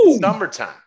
summertime